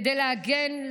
כדי להגן,